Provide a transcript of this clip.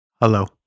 Hello